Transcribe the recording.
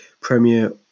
Premiere